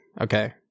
Okay